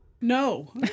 No